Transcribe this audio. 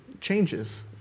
changes